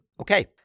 Okay